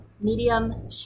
medium